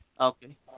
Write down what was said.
Okay